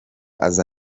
aza